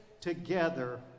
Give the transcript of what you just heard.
together